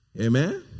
Amen